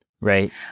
right